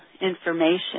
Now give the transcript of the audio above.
information